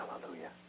hallelujah